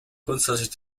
grundsätzlich